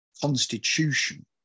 constitution